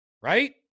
Right